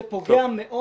זה פוגע מאוד